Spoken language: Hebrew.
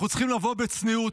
אנחנו צריכים לבוא בצניעות,